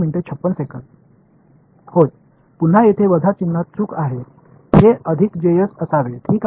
ஆமாம் இந்த மைனஸ் அடையாளம் இங்கே தவறுதலாக உள்ளது இது பிளஸ் ஆக இருக்க வேண்டும்